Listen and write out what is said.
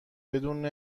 بدون